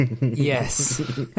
Yes